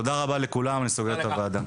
תודה רבה לכולם, הישיבה נעולה.